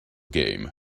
game